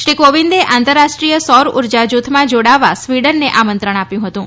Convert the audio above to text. શ્રી કોવિંદે આંતરરાષ્ટ્રીય સૌર્ય ઉર્જા જુથમાં જોડાવવા સ્વીડનને આમંત્રણ આપ્યુ હતું